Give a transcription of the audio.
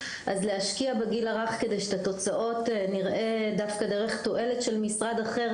אז להשקיע בגיל הרך כדי שאת התוצאות נראה דווקא תועלת של משרד אחר?